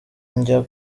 njya